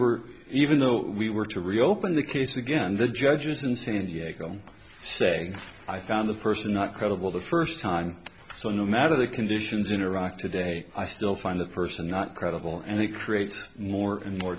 were even though we were to reopen the case again the judges in san diego say i found the person not credible the first time so no matter the conditions in iraq today i still find the person not credible and it creates more and more